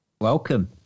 Welcome